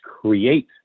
create